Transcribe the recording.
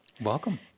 Welcome